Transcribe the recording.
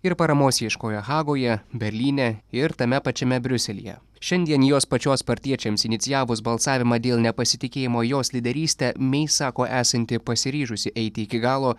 ir paramos ieškojo hagoje berlyne ir tame pačiame briuselyje šiandien jos pačios partiečiams inicijavus balsavimą dėl nepasitikėjimo jos lyderyste mei sako esanti pasiryžusi eiti iki galo